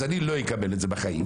אז אני לא אקבל את זה בחיים.